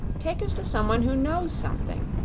take us to some one who knows something.